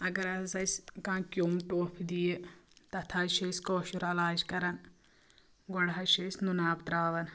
اگر حظ اَسہِ کانٛہہ کیٚوم ٹوٚپھ دِیہِ تَتھ حظ چھِ أسۍ کٲشُر علاج کَران گۄڈٕ حظ چھِ أسۍ نُنہٕ آب ترٛاوان